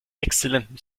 exzellentem